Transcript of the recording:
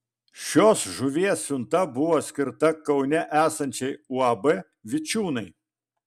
šios žuvies siunta buvo skirta kaune esančiai uab vičiūnai